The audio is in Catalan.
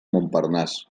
montparnasse